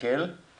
אנחנו נעשה את זה.